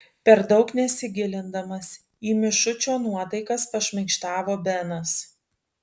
per daug nesigilindamas į mišučio nuotaikas pašmaikštavo benas